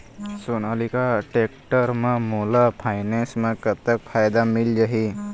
Sonalika tractor म मोला bank finance म कतक फायदा मिल जाही?